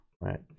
Right